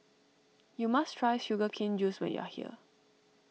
you must try Sugar Cane Juice when you are here